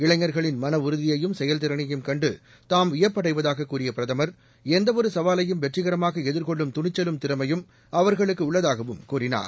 இளைஞர்களின் மனஉறுதியையும் செயல்திறனையும் கண்டு தாம் வியப்படைவதாக கூறிய பிரதமர் எந்தவொரு சவாலையும் வெற்றிகரமாக எதிர்கொள்ளும் துணிச்சலும் திறமையும் அவர்களுக்கு உள்ளதாகவும் கூறினார்